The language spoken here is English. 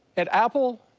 at apple,